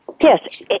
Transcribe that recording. Yes